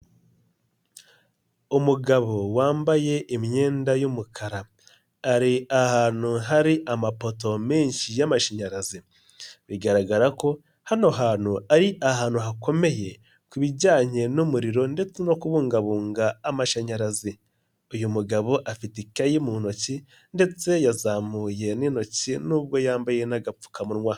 Umugabo wambaye imyenda y'umukara, ari ahantu hari amapoto menshi y'amashanyarazi, bigaragara ko hano hantu ari ahantu hakomeye kuibijyanye n'umuriro ndetse no kubungabunga amashanyarazi. Uyu mugabo afite ikayi mu ntoki ndetse yazamuye n'intoki nubwo yambaye n'agapfukamunwa.